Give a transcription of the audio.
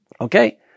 Okay